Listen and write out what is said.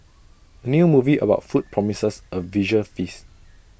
new movie about food promises A visual feast